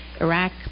iraq